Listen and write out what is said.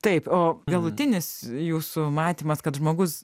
taip o galutinis jūsų matymas kad žmogus